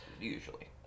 usually